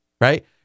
right